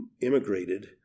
immigrated